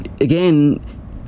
again